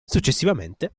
successivamente